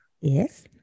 Yes